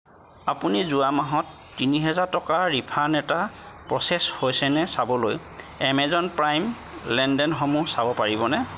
আপুনি যোৱা মাহত তিনি হাজাৰ টকাৰ ৰিফাণ্ড এটা প্ৰচেছ হৈছে নে চাবলৈ এমেজন প্ৰাইমলেনদেনসমূহ চাব পাৰিবনে